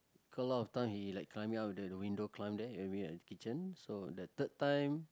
cause a lot time he like climbing out of the window climb there out the kitchen so the third time